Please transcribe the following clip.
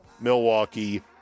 Milwaukee